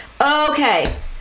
Okay